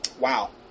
Wow